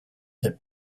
that